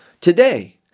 today